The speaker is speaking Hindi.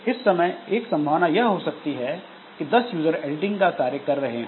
इस समय एक संभावना यह हो सकती है कि 10 यूजर एडिटिंग का कार्य कर रहे हों